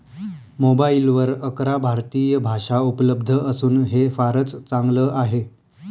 मोबाईलवर अकरा भारतीय भाषा उपलब्ध असून हे फारच चांगल आहे